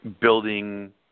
building